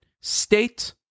State